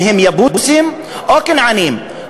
אם יבוסים או כנענים,